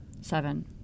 Seven